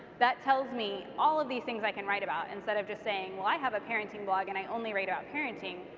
that tells me all of these things i can write about instead of just saying well i have a parenting blog and i only write about parenting.